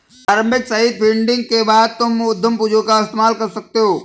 प्रारम्भिक seed funding के बाद तुम उद्यम पूंजी का इस्तेमाल कर सकते हो